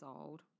old